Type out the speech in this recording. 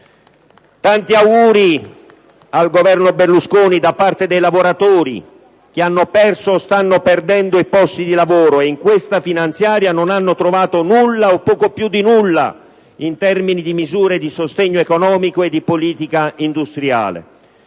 Tanti auguri al Governo Berlusconi da parte dei lavoratori che hanno perso o stanno perdendo i posti di lavoro e in questa finanziaria non hanno trovato nulla, o poco più di nulla, in termini di misure di sostegno economico e di politica industriale.